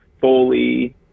fully